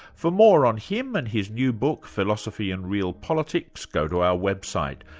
for more on him and his new book, philosophy and real politics, go to our website.